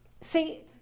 see